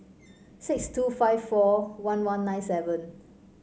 six two five four one one nine seven